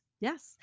Yes